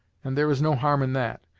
and there is no harm in that.